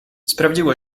sprawdziło